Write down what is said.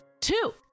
Two